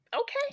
Okay